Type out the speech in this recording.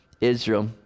Israel